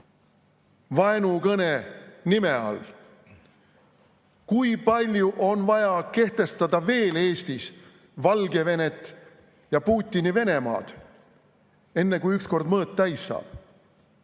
vaenukõne nime all? Kui palju on vaja kehtestada veel Eestis Valgevenet ja Putini Venemaad, enne kui ükskord mõõt täis saab?